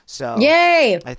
Yay